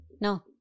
no